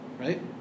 Right